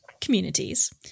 communities